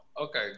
Okay